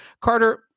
Carter